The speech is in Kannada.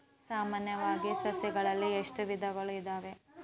ಸಾಮಾನ್ಯವಾಗಿ ಸಸಿಗಳಲ್ಲಿ ಎಷ್ಟು ವಿಧಗಳು ಇದಾವೆ?